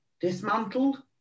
dismantled